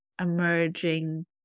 emerging